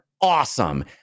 awesome